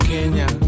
Kenya